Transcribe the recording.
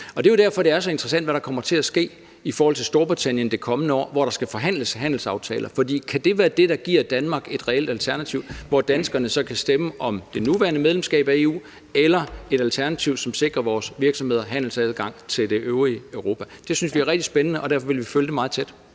Det er jo derfor, det er så interessant, hvad der kommer til at ske i forhold til Storbritannien det kommende år, hvor der skal forhandles handelsaftaler. For kan det være det, der giver Danmark et reelt alternativ, hvor danskerne så kan stemme om det nuværende medlemskab af EU eller et alternativ, som sikrer, vores virksomheder handelsadgang til det øvrige Europa? Det synes vi er rigtig spændende, og derfor vil vi følge det meget tæt.